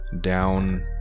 down